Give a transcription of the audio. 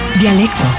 Dialectos